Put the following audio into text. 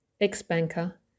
ex-banker